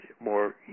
more